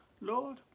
Lord